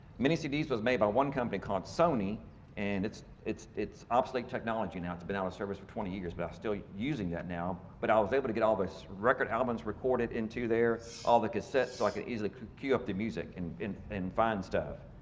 mini cds was made by one company called sony and it's it's obsolete technology now. it's been out of service for twenty years but i still using that now. but i was able to get all this record albums recorded into their all the cassettes, so i can easily queue up the music and and find stuff.